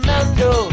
Mando